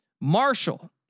Marshall